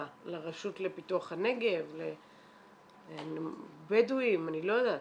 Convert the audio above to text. מה, לרשות לפיתוח הנגב, בדואים, מה, אני לא יודעת.